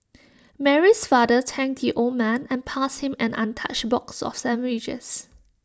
Mary's father thanked the old man and passed him an untouched box of sandwiches